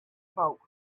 smoke